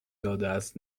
دادهاست